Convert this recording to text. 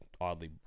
oddly